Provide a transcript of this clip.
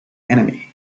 enemy